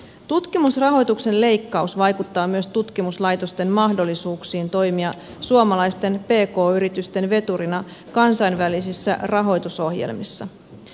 tutkimusrahoituksen leikkaus vaikuttaa myös tutkimuslaitosten mahdollisuuksiin toimia suomalaisten pk yritysten veturina kansainvälisissä rahoitusohjelmissa